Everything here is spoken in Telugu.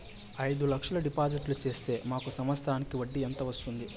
అయిదు లక్షలు డిపాజిట్లు సేస్తే మాకు సంవత్సరానికి వడ్డీ ఎంత వస్తుంది?